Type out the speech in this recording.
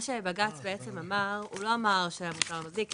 בג"ץ אמר שהמוצר מזיק,